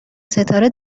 ستاره